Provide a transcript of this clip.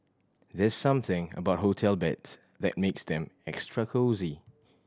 there's something about hotel beds that makes them extra cosy